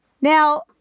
Now